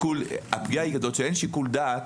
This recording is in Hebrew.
שהפגיעה היא כזו שאין שיקול דעת,